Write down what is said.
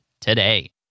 today